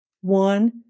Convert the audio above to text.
One